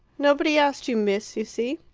nobody asked you, miss, you see.